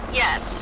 yes